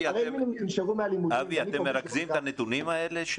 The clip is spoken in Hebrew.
הרי אם הם ינשרו מן הלימודים --- אתם מרכזים את הנתונים האלה?